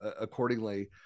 accordingly